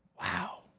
Wow